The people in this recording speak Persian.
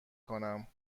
کنم